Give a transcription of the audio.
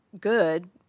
good